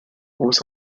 was